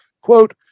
quote